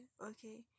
okay